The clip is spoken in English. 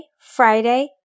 Friday